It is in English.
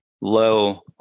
low